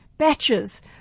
batches